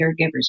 caregivers